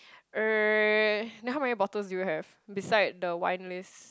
uh now how many bottles do you have beside the wine list